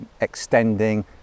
extending